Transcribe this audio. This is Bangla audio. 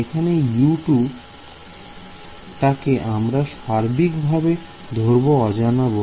এখানে U2 টাকে আমরা সার্বিকভাবে ধরবো অজানা বলে